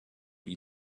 die